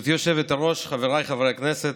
גברתי היושבת-ראש, חבריי חברי הכנסת,